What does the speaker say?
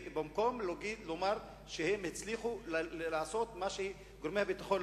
במקום לומר שהם הצליחו לעשות את מה שגורמי הביטחון